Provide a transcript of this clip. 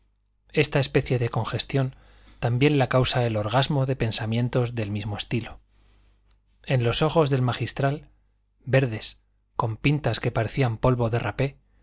esta especie de congestión también la causa el orgasmo de pensamientos del mismo estilo en los ojos del magistral verdes con pintas que parecían polvo